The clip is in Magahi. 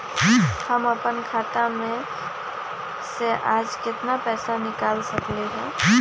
हम अपन खाता में से आज केतना पैसा निकाल सकलि ह?